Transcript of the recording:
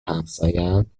همساین